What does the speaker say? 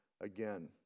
again